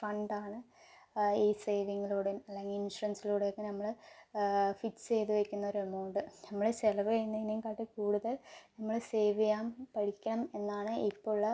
ഫണ്ടാണ് ഈ സേവിങ്ങിലൂടെ അല്ലെങ്കിൽ ഇൻഷുറൻസിലൂടെയൊക്കെ നമ്മൾ ഫിക്സ് ചെയ്ത് വെക്കുന്ന ഒരു എമൗണ്ട് നമ്മൾ ചെലവെയ്യുന്നതിനെക്കാട്ടും കൂടുതൽ നമ്മൾ സേവ് ചെയ്യാൻ പഠിക്കണം എന്നാണ് ഇപ്പോഴുള്ള